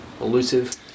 elusive